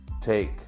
take